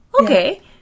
okay